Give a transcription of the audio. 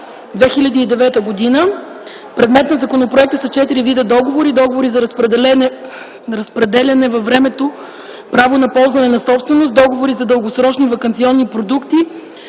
2009 г. Предмет на законопроекта са четири вида договори: договори за разпределено във времето право на ползване на собственост; договори за дългосрочни ваканционни продукти;